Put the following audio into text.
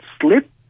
slip